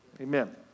Amen